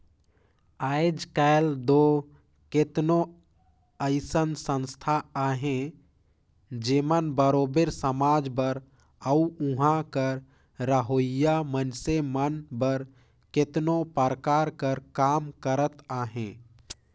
आएज काएल दो केतनो अइसन संस्था अहें जेमन बरोबेर समाज बर अउ उहां कर रहोइया मइनसे मन बर केतनो परकार कर काम करत अहें